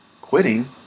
quitting